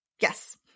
Yes